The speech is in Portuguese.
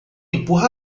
empurra